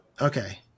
Okay